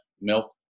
milk